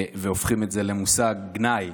והופכים את זה למושג גנאי.